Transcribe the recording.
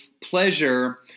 pleasure